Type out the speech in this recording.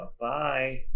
Bye